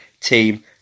Team